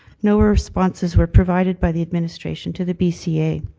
no responses were provided by the administration to the bca.